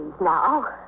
now